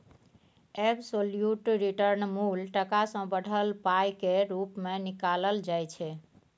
absolute return मुल टका सँ बढ़ल पाइ केर रुप मे निकालल जाइ छै